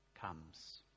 comes